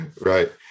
Right